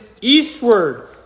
eastward